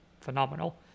phenomenal